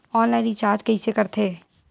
Online recharge कइसे करथे?